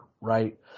right